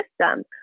system